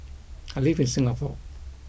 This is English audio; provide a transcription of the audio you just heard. I live in Singapore